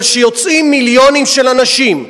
אבל כשיוצאים מיליונים של אנשים,